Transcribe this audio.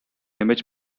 image